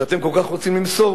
שאתם כל כך רוצים למסור,